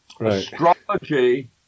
astrology